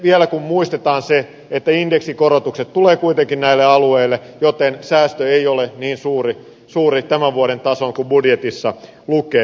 vielä kun muistetaan se että indeksikorotukset tulevat kuitenkin näille alueille niin säästö ei ole niin suuri tämän vuoden tasoon kuin budjetissa lukee